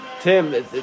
Tim